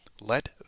let